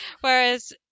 whereas